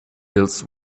hills